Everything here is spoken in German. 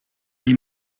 die